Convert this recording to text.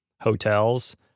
hotels